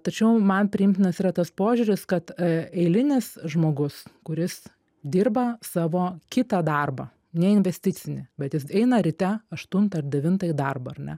tačiau man priimtinas yra tas požiūris kad eilinis žmogus kuris dirba savo kitą darbą neinvesticinį bet jis eina ryte aštuntą ar devintąjį į darbą ar ne